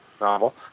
novel